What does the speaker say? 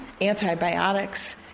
antibiotics